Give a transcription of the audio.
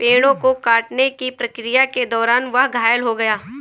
पेड़ों को काटने की प्रक्रिया के दौरान वह घायल हो गया